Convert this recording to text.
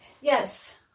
Yes